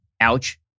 Ouch